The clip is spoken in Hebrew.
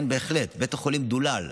כן, בהחלט, בית החולים דולל.